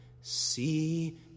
see